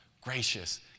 gracious